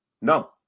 No